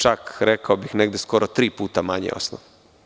Čak, rekao bih, negde skoro tri puta manji osnov.